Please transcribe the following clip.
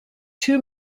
two